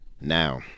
Now